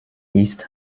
ist